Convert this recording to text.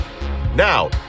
Now